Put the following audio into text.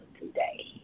today